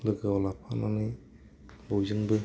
लोगोआव अन्नानै बयजोंबो